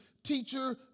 Teacher